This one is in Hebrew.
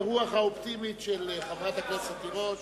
ברוח האופטימית של חברת הכנסת תירוש,